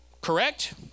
Correct